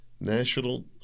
National